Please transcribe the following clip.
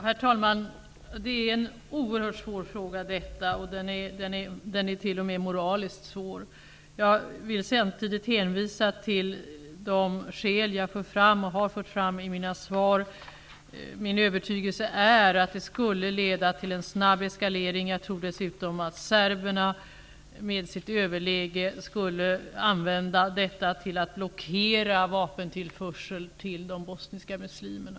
Herr talman! Denna fråga är oerhört svår, t.o.m. moraliskt svår. Jag vill samtidigt hänvisa till de skäl som jag för fram här. Min övertygelse är att ett upphävande av vapenembargot skulle leda till en snabb eskalering. Det skulle också leda till att serberna med sitt överläge skulle använda en sådan situation till att blockera vapentillförsel till de bosniska muslimerna.